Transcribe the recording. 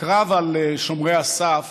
הקרב על שומרי הסף